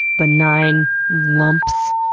benign lumps.